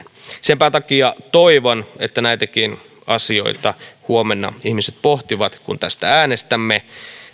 senpä takia toivon että näitäkin asioita huomenna ihmiset pohtivat kun tästä äänestämme